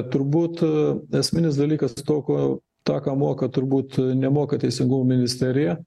turbūt esminis dalykas to ko tą ką moka turbūt nemoka teisingumo ministerija